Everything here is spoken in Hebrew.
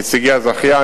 נציגי הזכיין,